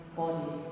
body